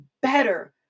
better